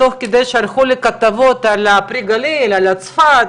בצפת, תוך כדי שלחו לי כתבות על פרי גליל, על צפת,